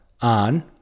on